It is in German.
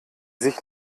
sich